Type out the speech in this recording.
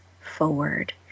forward